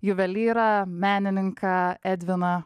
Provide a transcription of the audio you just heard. juvelyrą menininką edviną